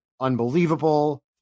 Unbelievable